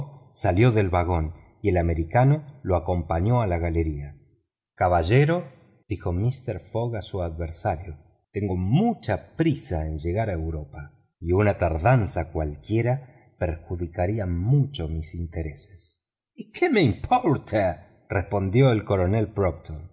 salió del vagón y el americano lo acompañó a la plataforma caballero dijo mister fogg a su adversario tengo mucha prisa en llegar a europa y una tardanza cualquiera perjudicaría mucho mis intereses y qué me importa respondió el coronel